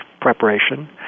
preparation